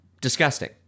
Disgusting